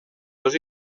dos